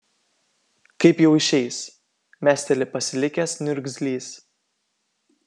kaip jau išeis mesteli pasilikęs niurgzlys